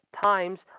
times